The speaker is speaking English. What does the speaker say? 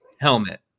helmet